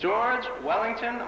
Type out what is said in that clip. george wellington